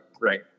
right